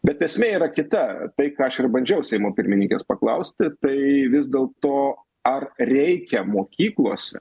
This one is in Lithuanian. bet esmė yra kita tai ką aš ir bandžiau seimo pirmininkės paklausti tai vis dėlto ar reikia mokyklose